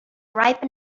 ripe